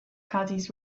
caddies